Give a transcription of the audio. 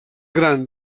gran